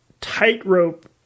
tightrope